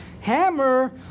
hammer